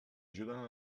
ajuden